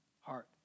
heart